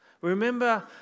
remember